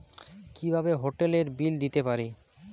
কিভাবে হোটেলের বিল দিতে পারি?